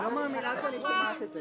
אני לא מאמינה שאני שומעת את זה.